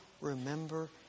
remember